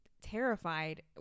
terrified